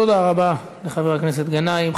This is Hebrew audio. תודה רבה לחבר הכנסת גנאים.